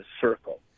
circle